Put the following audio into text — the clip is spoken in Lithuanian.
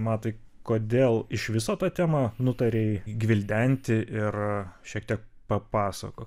matai kodėl iš viso tą temą nutarei gvildenti ir šiek tiek papasakot